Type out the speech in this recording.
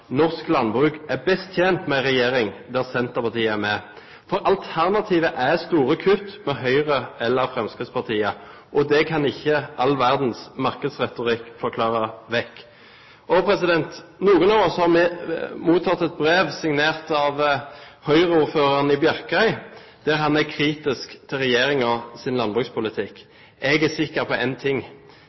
norsk landbruk er best tjent med en regjering der Senterpartiet er med. For alternativet er store kutt med Høyre eller Fremskrittspartiet, og det kan ikke all verdens markedsretorikk forklare bort. Noen av oss har mottatt et brev signert av Høyre-ordføreren i Bjerkreim, der han er kritisk til regjeringens landbrukspolitikk. Jeg er sikker på én ting: